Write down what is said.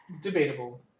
Debatable